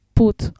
put